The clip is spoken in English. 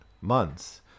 months